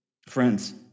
Friends